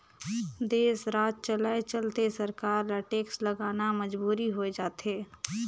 देस, राज चलाए चलते सरकार ल टेक्स लगाना मजबुरी होय जाथे